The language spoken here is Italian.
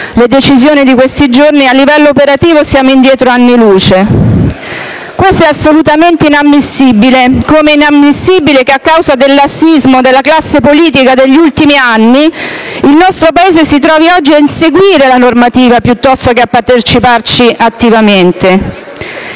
le decisioni di questi giorni - a livello operativo stiamo indietro anni luce. Questo è assolutamente inammissibile, com'è inammissibile che, a causa del lassismo della classe politica degli ultimi anni, il nostro Paese si trovi oggi ad inseguire l'attività normativa piuttosto che a parteciparvi attivamente.